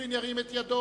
מי נגד?